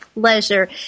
pleasure